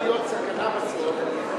יכולה להיות סכנה בזה.